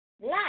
Life